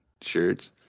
shirts